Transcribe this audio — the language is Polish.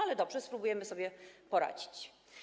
Ale dobrze, spróbujemy sobie poradzić.